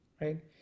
right